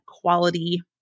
quality